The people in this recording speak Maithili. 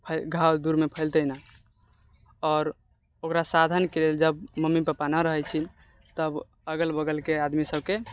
घाव दूरमे फैलतए नहि आओर ओकरा साधनके लेल जब मम्मी पप्पा नहि रहैत छै तब अगल बगलके आदमी सबके